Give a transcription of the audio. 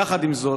יחד עם זאת,